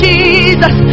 Jesus